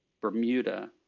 Bermuda